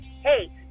hey